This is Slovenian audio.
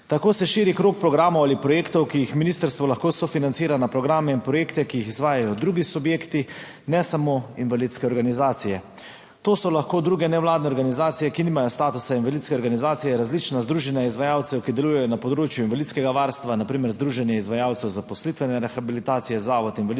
Tako se širi krog programov ali projektov, ki jih ministrstvo lahko sofinancira na programe in projekte, ki jih izvajajo drugi subjekti, ne samo invalidske organizacije. To so lahko druge nevladne organizacije, ki nimajo statusa invalidske organizacije, različna združenja izvajalcev, ki delujejo na področju invalidskega varstva, na primer Združenje izvajalcev zaposlitvene rehabilitacije, Zavod invalidskih